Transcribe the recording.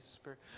Spirit